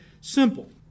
simple